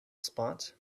spot